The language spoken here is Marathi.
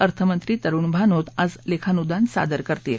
अर्थनंत्री तरुण भानोत आज लेखानुदान सादर करतील